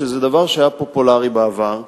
שזה דבר שהיה פופולרי בעבר.